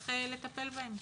שצריך לטפל בהם.